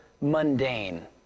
mundane